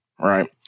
Right